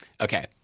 Okay